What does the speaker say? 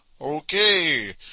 Okay